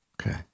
Okay